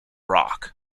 rock